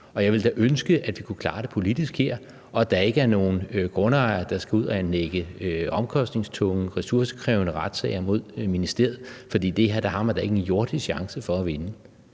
jeg ville da ønske, at vi kunne klare det politisk her, og at der ikke er nogen grundejere, der skal ud at anlægge omkostningstunge, ressourcekrævende retssager mod ministeriet, for det her har man da ikke en jordisk chance for at vinde.